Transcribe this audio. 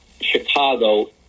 Chicago